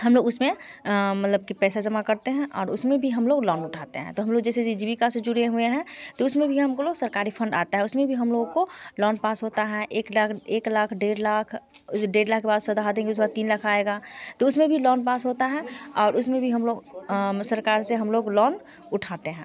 हम लोग उस में मतलब कि पैसा जमा करते हैं और उस में भी हम लोग लौन उठाते हैं तो हम लोग जैसे जीविका से जुड़े हुए है तो उस में भी हम को लोग सरकारी फंड आता है उस में भी हम लोगों को उस में भी हम लोगों को लौन पास होता है एक लाख एक लाख डेढ़ लाख वो जो डेढ़ लाख वाला देंगे उसके बाद तीन लाख आएगा तो उस में भी लौन पास होता है और उस में भी हम लोग सरकार से हम लोग लौन उठाते हैं